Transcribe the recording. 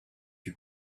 you